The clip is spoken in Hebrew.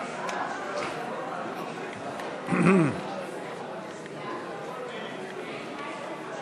הצעת סיעת העבודה להביע אי-אמון בממשלה לא נתקבלה.